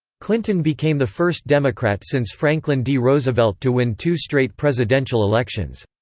clinton became the first democrat since franklin d. roosevelt to win two straight presidential elections.